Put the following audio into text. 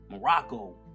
Morocco